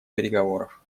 переговоров